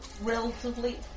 relatively